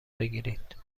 بگیرید